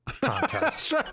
contest